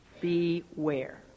Beware